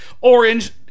orange